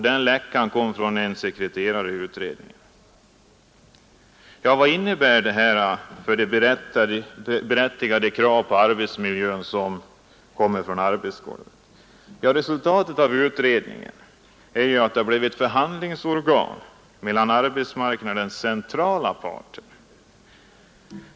Uppgiften kom från en sekreterare i utredningen. Vad innebär detta för det berättigade krav på en bättre arbetsmiljö som kommer från verkstadsgolvet? Som resultat av utredningen tillkom ett förhandlingsorgan mellan arbetsmarknadens centrala parter.